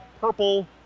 purple